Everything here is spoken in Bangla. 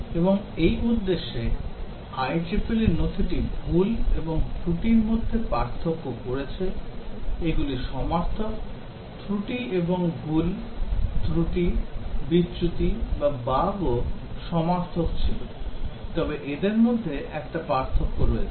এবং এই উদ্দেশ্যে IEEE নথিটি ভুল এবং ত্রুটির মধ্যে পার্থক্য করেছে এগুলি সমার্থক ত্রুটি এবং ভুল ত্রুটি বিচ্যুতি বা বাগও সমার্থক ছিল তবে এদের মধ্যে একটি পার্থক্য রয়েছে